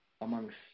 amongst